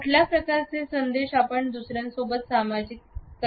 कुठल्या प्रकारचे संदेश आपण दुसर्यासोबत सामायिक करतो